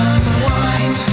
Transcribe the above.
Unwind